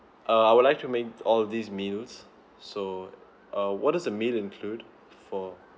uh I would like to make all these meals so uh what does a meal include for